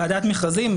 ועדת מכרזים,